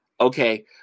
Okay